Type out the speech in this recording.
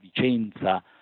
Vicenza